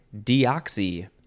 deoxy